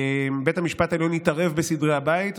בית המשפט העליון התערב בסדרי הבית,